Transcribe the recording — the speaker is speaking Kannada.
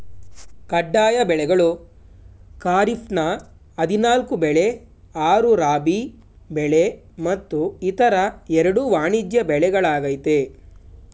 ಕಡ್ಡಾಯ ಬೆಳೆಗಳು ಖಾರಿಫ್ನ ಹದಿನಾಲ್ಕು ಬೆಳೆ ಆರು ರಾಬಿ ಬೆಳೆ ಮತ್ತು ಇತರ ಎರಡು ವಾಣಿಜ್ಯ ಬೆಳೆಗಳಾಗಯ್ತೆ